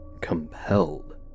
compelled